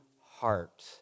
heart